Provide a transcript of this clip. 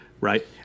Right